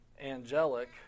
angelic